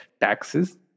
taxes